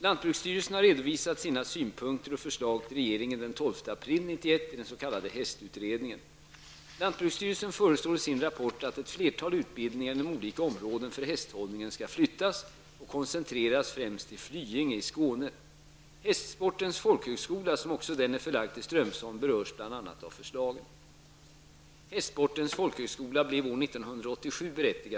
Lantbruksstyrelsen har redovisat sina synpunkter och förslag till regeringen den 12 april 1991 i den s.k. hästutredningen (lantbruksstyrelsens rapport Lantbruksstyrelsen föreslår i sin rapport att ett flertal utbildningar inom olika områden för hästhållningen skall flyttas och koncentreras främst till Flyinge i Skåne, Hästsportens folkhögskola, som också den är förlagd till Strömsholm, berörs bl.a. av förslagen.